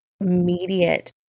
immediate